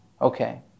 okay